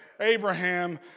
Abraham